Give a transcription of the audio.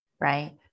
right